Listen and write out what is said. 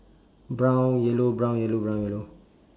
brown yellow brown yellow brown yellow